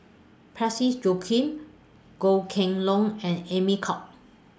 Parsick Joaquim Goh Kheng Long and Amy Khor